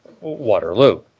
Waterloo